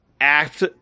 act